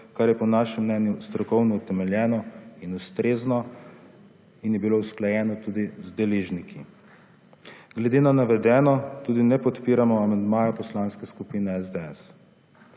kar je po našem mnenju strokovno utemeljeno in ustrezno in je bilo usklajeno tudi z deležniki. Glede na navedeno tudi ne podpiramo amandmajev poslanske skupine SDS.